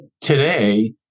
today